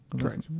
Correct